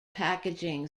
packaging